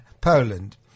Poland